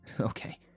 okay